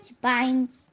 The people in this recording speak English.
binds